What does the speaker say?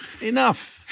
Enough